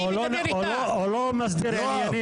(הישיבה נפסקה בשעה 12:35 ונתחדשה בשעה